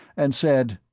and said,